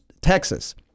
Texas